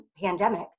pandemic